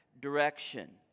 direction